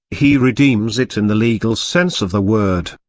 he redeems it in the legal sense of the word.